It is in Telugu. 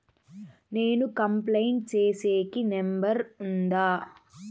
నేను కంప్లైంట్ సేసేకి నెంబర్ ఉందా?